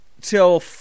till